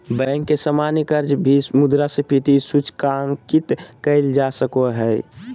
bank के सामान्य कर्ज के भी मुद्रास्फीति सूचकांकित कइल जा सको हइ